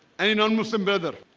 any non-muslim brother?